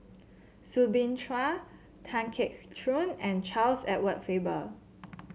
Soo Bin Chua Tan Keong Choon and Charles Edward Faber